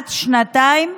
כמעט שנתיים,